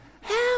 help